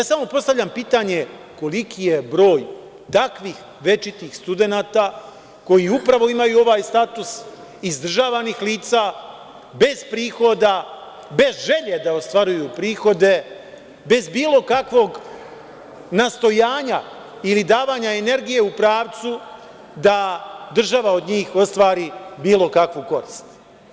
Samo postavljam pitanje – koliki je broj takvih večitih studenata koji upravo imaju ovaj status izdržavanih lica, bez prihoda, bez želje da ostvaruju prihode, bez bilo kakvog nastojanja ili davanja energije u pravcu da država od njih ostvari bilo kakvu korist?